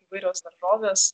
įvairios daržovės